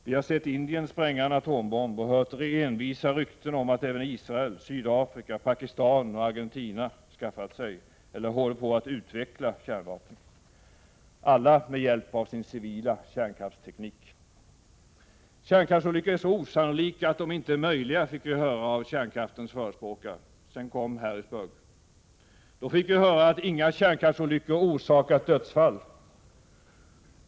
Vi har sett Indien spränga en atombomb och hört envisa rykten om att även Israel, Sydafrika, Pakistan och Argentina skaffat sig eller håller på att utveckla kärnvapen. Alla med hjälp av sin civila kärnkraftsteknik. Kärnkraftsolyckor är så osannolika att de inte är möjliga, fick vi höra av kärnkraftens förespråkare. Sedan kom Harrisburg. Då fick vi höra att inga kärnkraftsolyckor orsakat dödsfall.